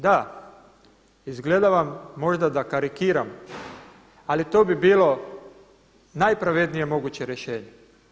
Da, izgleda vam možda da karikiram, ali to bi bilo najpravednije moguće rješenje.